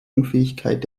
unfähigkeit